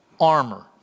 armor